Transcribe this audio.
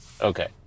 Okay